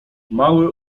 mały